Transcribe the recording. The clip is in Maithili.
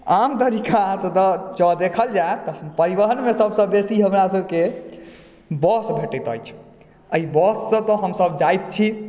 आम तरीका सँ यदि देखल जाए तऽ परिवहनमे सभसँ बेसी हमरा सभकेँ बस भेटैत अछि एहि बस से तऽ हमसभ जाइत छी